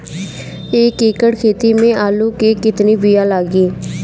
एक एकड़ खेती में आलू के कितनी विया लागी?